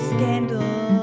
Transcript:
Scandal